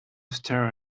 stare